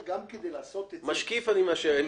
משקיף, אני מאשר.